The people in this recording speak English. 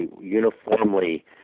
uniformly